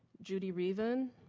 judy rivan,